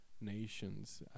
nations